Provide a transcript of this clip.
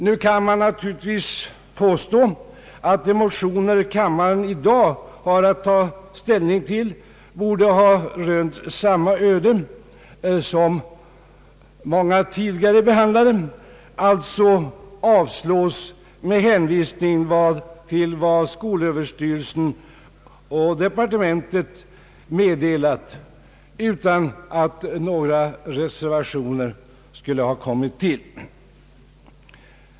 Nu kan man naturligtvis påstå att de motioner kammaren i dag har att ta ställning till borde ha rönt samma öde som många tidigare behandlade, alltså avslås med hänvisning till vad skolöverstyrelsen och departementet meddelat — utan att några reservationer avgivits.